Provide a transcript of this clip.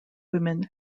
women